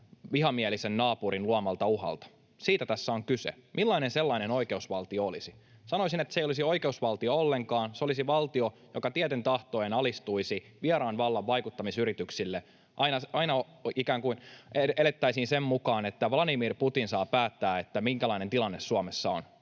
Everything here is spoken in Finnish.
vihamielisen naapurin luomalta uhalta? Siitä tässä on kyse. Millainen sellainen oikeusvaltio olisi? Sanoisin, että se ei olisi oikeusvaltio ollenkaan. Se olisi valtio, joka tieten tahtoen alistuisi vieraan vallan vaikuttamisyrityksille aina, ikään kuin elettäisiin sen mukaan, että Vladimir Putin saa päättää, minkälainen tilanne Suomessa on.